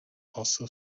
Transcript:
also